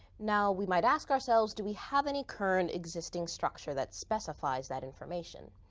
now we might ask ourselves, do we have any current existing structure that specifies that information?